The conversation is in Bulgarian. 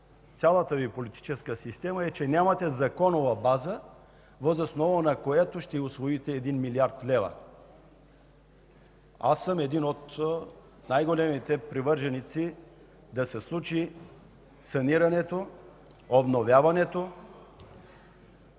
цялата Ви политическа система, е, че нямате законова база, въз основа на която ще усвоите 1 млрд. лв. Аз съм един от най-големите привърженици да се случи санирането, обновяването